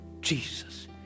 Jesus